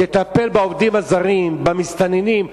תטפל בעובדים הזרים, במסתננים.